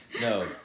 No